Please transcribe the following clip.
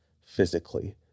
physically